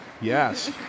Yes